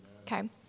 Okay